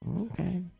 Okay